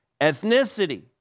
Ethnicity